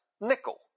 nickel